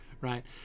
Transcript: right